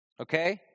Okay